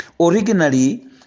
Originally